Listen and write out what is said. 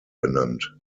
benannt